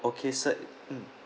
okay sir mm